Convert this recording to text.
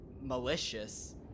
malicious